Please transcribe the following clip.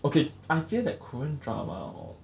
okay I fear that korean drama hor